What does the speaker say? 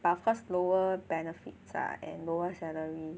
but of course lower benefits ah and lower salary